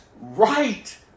right